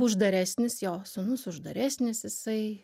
uždaresnis jo sūnus uždaresnis jisai